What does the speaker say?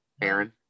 Aaron